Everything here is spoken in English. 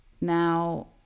now